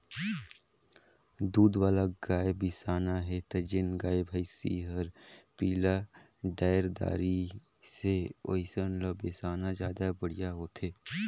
दूद वाला गाय बिसाना हे त जेन गाय, भइसी हर पिला डायर दारी से ओइसन ल बेसाना जादा बड़िहा होथे